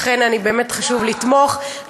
לכן באמת חשוב לתמוך,